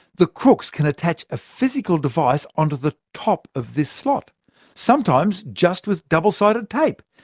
the crooks can attach a physical device onto the top of this slot sometimes just with double-sided tape.